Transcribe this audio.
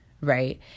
right